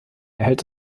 erhält